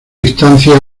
distancia